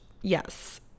Yes